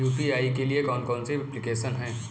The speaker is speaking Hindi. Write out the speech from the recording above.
यू.पी.आई के लिए कौन कौन सी एप्लिकेशन हैं?